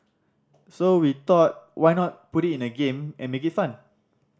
so we thought why not put it in a game and make it fun